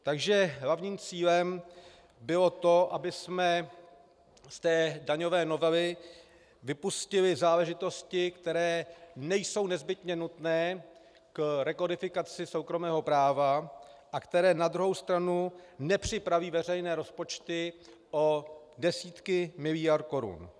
Takže hlavním cílem bylo to, abychom z daňové novely vypustili záležitosti, které nejsou nezbytně nutné k rekodifikaci soukromého práva a které na druhou stranu nepřipraví veřejné rozpočty o desítky miliard korun.